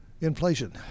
Inflation